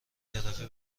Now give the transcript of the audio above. طرفه